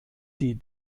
die